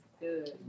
good